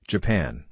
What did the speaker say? Japan